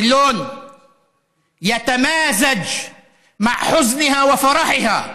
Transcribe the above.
אותו הצבע מתמזג ביגון ובשמחה שלה,